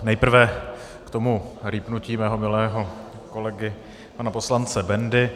Nejprve k tomu rýpnutí mého milého kolegy pana poslance Bendy.